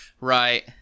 Right